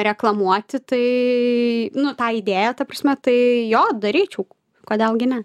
reklamuoti tai nu tą idėją ta prasme tai jo daryčiau kodėl gi ne